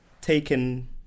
taken